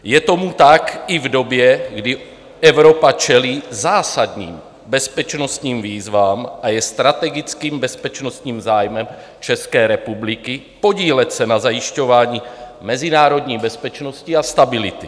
Je tomu tak i v době, kdy Evropa čelí zásadním bezpečnostním výzvám a je strategickým bezpečnostním zájmem České republiky podílet se na zajišťování mezinárodní bezpečnosti a stability.